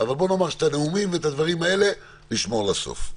אבל בואו נאמר שאת הנאומים ואת הדברים האלה לשמור לסוף.